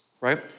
right